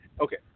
Okay